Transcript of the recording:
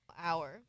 hour